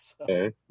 okay